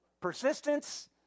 Persistence